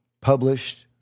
published